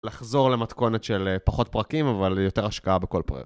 לחזור למתכונת של פחות פרקים, אבל יותר השקעה בכל פרק.